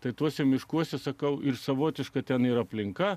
tai tuose miškuose sakau ir savotiška ten ir aplinka